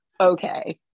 Okay